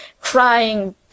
crying